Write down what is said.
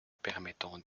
permettant